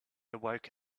awoke